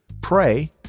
pray